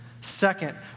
Second